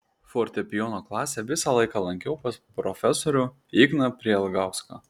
fortepijono klasę visą laiką lankiau pas profesorių igną prielgauską